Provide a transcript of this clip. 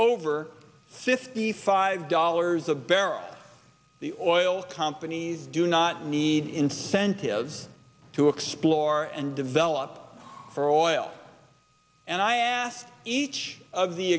over fifty five dollars a barrel the oil companies do not need incentives to explore and develop for oil and i asked each of the